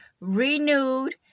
renewed